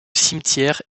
cimetière